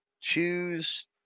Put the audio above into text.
choose